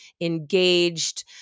engaged